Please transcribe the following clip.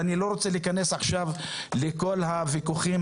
ואני לא רוצה להיכנס עכשיו לכל הוויכוחים